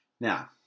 Now